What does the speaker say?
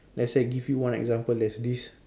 let's say give you one example there's this